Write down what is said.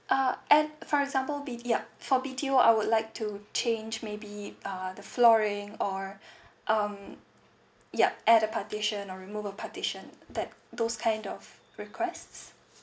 uh and for example B_T yup for B_T_O I would like to change maybe uh the flooring or um yup add a partition or remove a partition that those kind of request